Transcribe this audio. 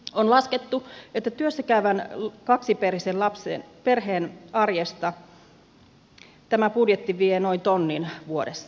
on laskettu että työssä käyvän kaksilapsisen perheen arjesta tämä budjetti vie noin tonnin vuodessa